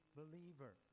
believer